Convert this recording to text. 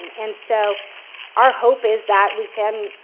and so our hope is that we can,